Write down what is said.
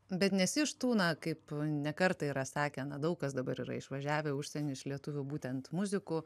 bet nesi iš tų na kaip ne kartą yra sakę na daug kas dabar yra išvažiavę į užsienį iš lietuvių būtent muzikų